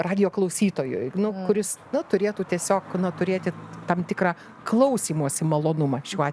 radijo klausytojui nu kuris nu turėtų tiesiog turėti tam tikrą klausymosi malonumą šiuo at